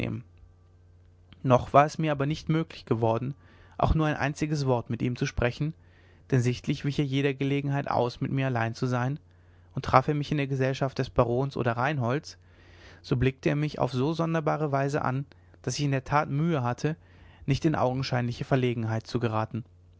noch war es mir aber nicht möglich geworden auch nur ein einziges wort mit ihm zu sprechen denn sichtlich wich er jeder gelegenheit aus mit mir allein zu sein und traf er mich in der gesellschaft des barons oder reinholds so blickte er mich auf so sonderbare weise an daß ich in der tat mühe hatte nicht in augenscheinliche verlegenheit zu geraten